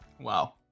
Wow